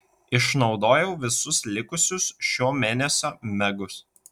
išnaudojau visus likusius šio mėnesio megus